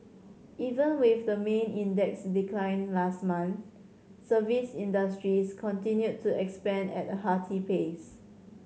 even with the main index's decline last month service industries continued to expand at a hearty pace